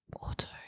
Auto